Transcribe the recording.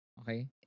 okay